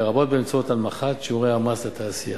לרבות באמצעות הנמכת שיעורי המס לתעשייה.